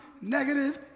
negative